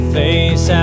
face